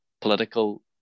political